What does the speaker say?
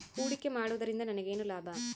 ಹೂಡಿಕೆ ಮಾಡುವುದರಿಂದ ನನಗೇನು ಲಾಭ?